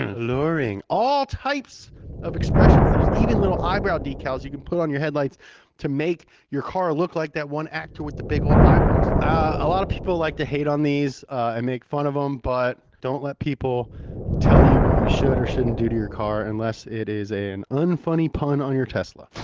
alluring, all types of expressions. there's even little eyebrow decals you can put on your headlights to make your car look like that one actor with the big old eyebrows. ah a lot of people like to hate on these and make fun of them but don't let people tell you what you should or shouldn't do to your car, unless it is an unfunny pun on your tesla.